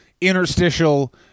interstitial